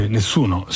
Nessuno